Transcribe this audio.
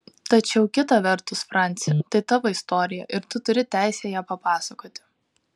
tačiau kita vertus franci tai tavo istorija ir tu turi teisę ją papasakoti